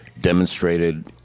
demonstrated